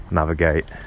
navigate